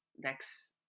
next